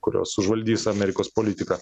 kurios užvaldys amerikos politiką